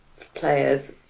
players